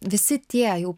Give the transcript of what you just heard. visi tie jau